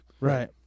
Right